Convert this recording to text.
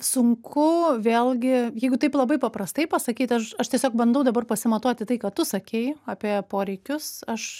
sunku vėlgi jeigu taip labai paprastai pasakyt aš aš tiesiog bandau dabar pasimatuoti tai ką tu sakei apie poreikius aš